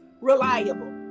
reliable